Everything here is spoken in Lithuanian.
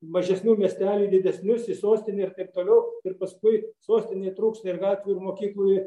mažesnių miestelių į didesnius į sostinę ir taip toliau ir paskui sostinėj trūksta ir gatvių ir mokyklų